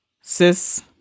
cis